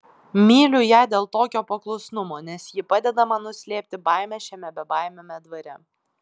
myliu ją dėl tokio paklusnumo nes ji padeda man nuslėpti baimę šiame bebaimiame dvare